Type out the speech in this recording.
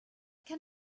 can